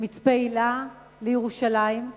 ממצפה-הילה לירושלים.